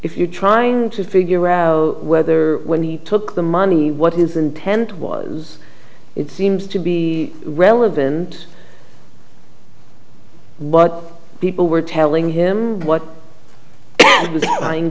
if you're trying to figure out whether when he took the money what his intent was it seems to be relevant what people were telling him what